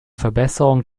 verbesserung